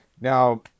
Now